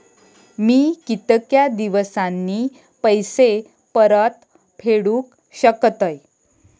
मी कीतक्या दिवसांनी पैसे परत फेडुक शकतय?